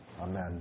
Amen